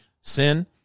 sin